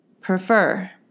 prefer